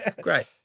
Great